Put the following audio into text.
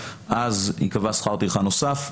ייקבע שכר טרחה נוסף.